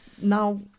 now